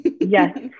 yes